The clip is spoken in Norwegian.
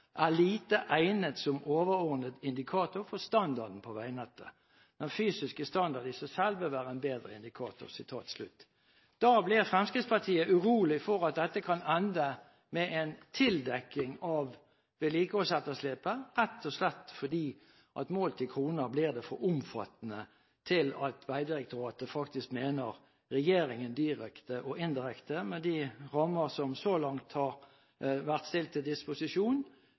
er lite egnet som overordnet indikator for standarden på vegnettet. Den fysiske standarden i seg selv vil være en bedre indikator.» Da blir Fremskrittspartiet urolig for at dette kan ende med en tildekking av vedlikeholdsetterslepet, rett og slett fordi det målt i kroner blir for omfattende til at Vegdirektoratet mener at regjeringen – direkte og indirekte, med de rammer som så langt har vært stilt til disposisjon